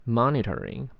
monitoring